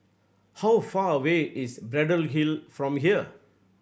how far away is Braddell Hill from here